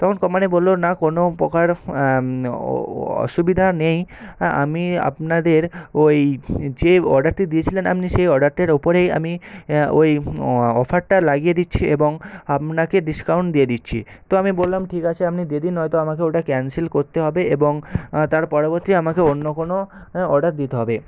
তখন কম্পানি বললো না কোনও প্রকার অসুবিধা নেই হ্যাঁ আমি আপনাদের ওই যে অর্ডারটি দিয়েছিলেন আপনি সেই অর্ডারটির ওপরেই আমি ওই অফারটা লাগিয়ে দিচ্ছি এবং আপনাকে ডিসকাউন্ট দিয়ে দিচ্ছি তো আমি বললাম ঠিক আছে আপনি দিয়ে দিন নয়তো আমাকে ওটা ক্যান্সেল করতে হবে এবং তার পরিবর্তে আমাকে অন্য কোনও অর্ডার দিতে হবে